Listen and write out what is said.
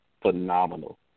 phenomenal